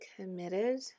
committed